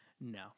No